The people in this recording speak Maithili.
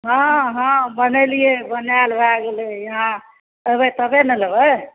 हँ हँ बनेलिऐ बनाएल भए गेलैए हँ एबै तबे नऽलेबै